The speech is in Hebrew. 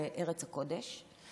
בארץ הקודש.